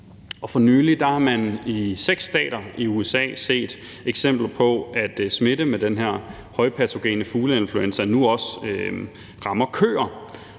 For nylig har man i seks stater i USA set eksempler på, at smitte med den her højpatogene fugleinfluenza nu også rammer køer,